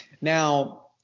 Now